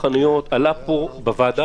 חגים